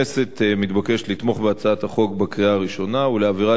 הכנסת מתבקשת לתמוך בהצעת החוק בקריאה הראשונה ולהעבירה